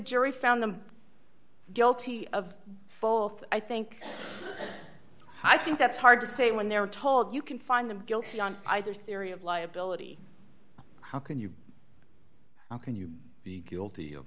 jury found them guilty of both i think i think that's hard to say when they're told you can find them guilty on either theory of liability how can you can you be guilty of